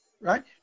Right